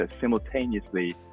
simultaneously